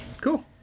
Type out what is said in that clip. Cool